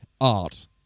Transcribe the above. art